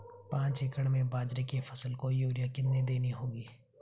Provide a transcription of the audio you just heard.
पांच एकड़ में बाजरे की फसल को यूरिया कितनी देनी होगी?